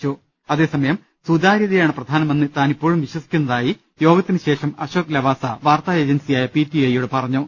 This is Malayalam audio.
്്്്്് അതേസമയം സുതാര്യതയാണ് പ്രധാനമെന്ന് താനിപ്പോഴും വിശ്വ സിക്കുന്നതായി യോഗത്തിനുശേഷം അശോക് ലവാസ വാർത്താ ഏജൻസിയായ പി ടി ഐയോട് പറഞ്ഞു